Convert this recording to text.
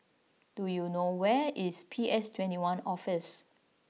do you know where is P S Twenty One Office